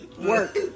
Work